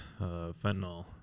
fentanyl